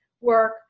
work